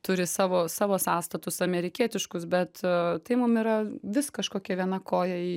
turi savo savo sąstatus amerikietiškus bet a tai mum yra vis kažkokia viena koja į